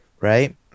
right